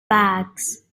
bags